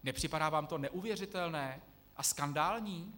Nepřipadá vám to neuvěřitelné a skandální?